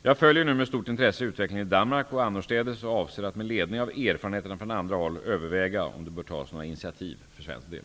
Jag följer nu med stort intresse utvecklingen i Danmark och annorstädes och avser att med ledning av erfarenheterna från andra håll överväga om det bör tas några initiativ för svensk del.